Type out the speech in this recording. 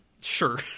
Sure